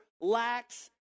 lacks